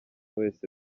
wese